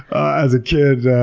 as a kid,